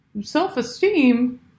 self-esteem